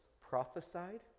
prophesied